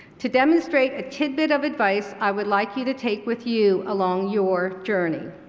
to demonstrate a tidbit of advice i would like you to take with you along your journey.